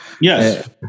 Yes